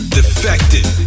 Defected